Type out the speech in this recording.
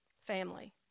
family